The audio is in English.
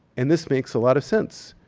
and this makes a lot of sense.